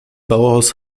bauhaus